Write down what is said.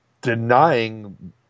denying